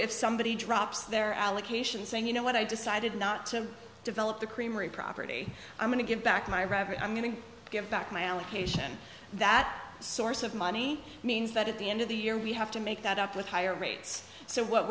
if somebody drops their allocation saying you know what i decided not to develop the creamery property i'm going to give back my reverie i'm going to give back my allocation that source of money means that at the end of the year we have to make that up with higher rates so what